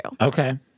okay